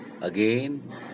Again